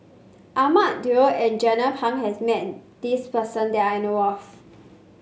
Ahmad Daud and Jernnine Pang has met this person that I know of